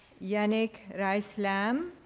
yanick rice-lamb,